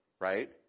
Right